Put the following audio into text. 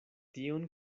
tion